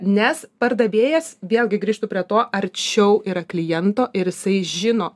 nes pardavėjas vėlgi grįžtu prie to arčiau yra kliento ir jisai žino